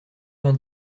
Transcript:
vingt